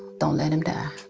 don't let him die.